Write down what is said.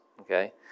Okay